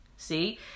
See